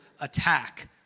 attack